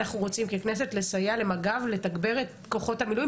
אנחנו רוצים ככנסת לסייע למג"ב לתגבר את כוחות המילואים